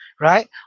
Right